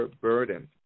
burden